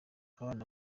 abana